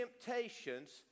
temptations